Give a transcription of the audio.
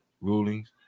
rulings